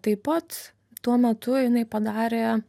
taip pat tuo metu jinai padarė